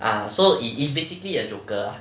ah so it is basically a joker ah